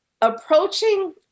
approaching